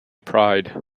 pride